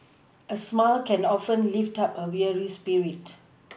a smile can often lift up a weary spirit